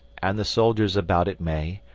and the soldiers about it may,